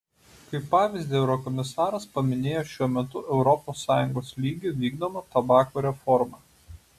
kaip pavyzdį eurokomisaras paminėjo šiuo metu europos sąjungos lygiu vykdomą tabako reformą